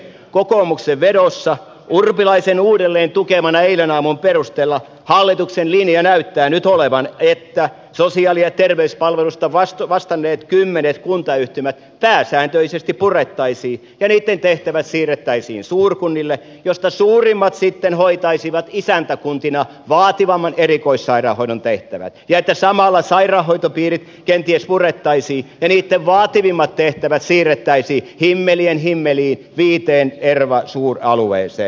kokoomuksen vedossa urpilaisen uudelleen tukemana eilisaamun perusteella hallituksen linja näyttää nyt olevan että sosiaali ja terveyspalveluista vastanneet kymmenet kuntayhtymät pääsääntöisesti purettaisiin ja niitten tehtävät siirrettäisiin suurkunnille joista suurimmat sitten hoitaisivat isäntäkuntina vaativamman erikoissairaanhoidon tehtävät ja että samalla sairaanhoitopiirit kenties purettaisiin ja niitten vaativimmat tehtävät siirrettäisiin himmelien himmeliin viiteen suureen erva alueeseen